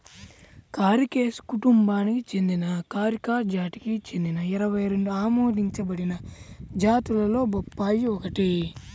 కారికేసి కుటుంబానికి చెందిన కారికా జాతికి చెందిన ఇరవై రెండు ఆమోదించబడిన జాతులలో బొప్పాయి ఒకటి